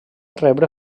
rebre